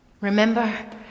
Remember